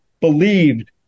believed